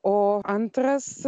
o antras